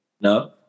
No